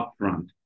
upfront